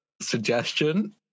suggestion